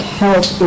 health